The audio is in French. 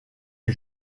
est